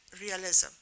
realism